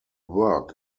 work